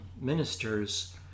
ministers